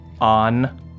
on